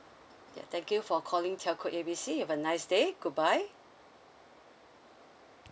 ya thank you for calling telco A B C you have a nice day goodbye